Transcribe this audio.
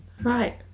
right